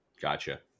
gotcha